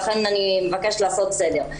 לכן אני מבקשת לעשות סדר.